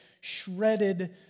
shredded